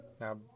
Now